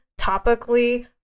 topically